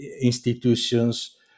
institutions